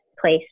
place